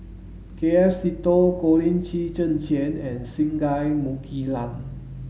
K F Seetoh Colin Qi Zhe Quan and Singai Mukilan